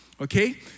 Okay